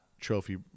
trophy